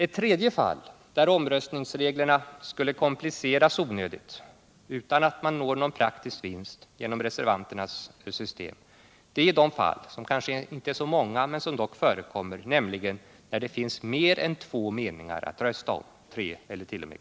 Ett tredje fall där omröstningsreglerna enligt reservanternas system skulle kompliceras onödigt utan någon praktisk vinst är de fall — de kanske inte är så många men de förekommer dock — då det finns fler än två meningar att rösta om.